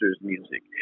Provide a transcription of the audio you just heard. music